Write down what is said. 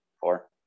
four